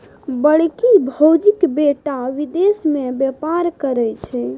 बड़की भौजीक बेटा विदेश मे बेपार करय छै